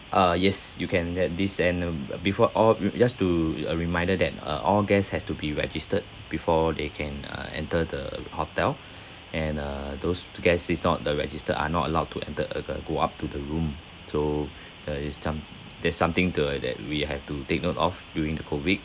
uh yes you can have these and uh b~ before all just to a reminder that uh all guests has to be registered before they can uh enter the hotel and uh those the guests is not the registered are not allowed to enter uh g~ go up to the room so there is some that's something to uh that we have to take note of during the COVID